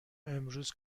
امروز